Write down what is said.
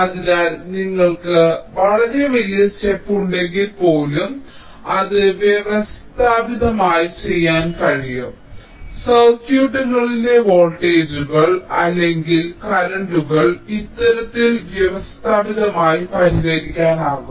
അതിനാൽ നിങ്ങൾക്ക് വളരെ വലിയ ഘട്ടങ്ങളുണ്ടെങ്കിൽപ്പോലും നിങ്ങൾക്ക് അത് വ്യവസ്ഥാപിതമായി ചെയ്യാൻ കഴിയും സർക്യൂട്ടുകളിലെ വോൾട്ടേജുകൾ അല്ലെങ്കിൽ കറന്റുകൾ ഇത്തരത്തിൽ വ്യവസ്ഥാപിതമായി പരിഹരിക്കാനാകും